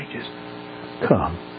come